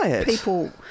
people